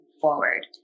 forward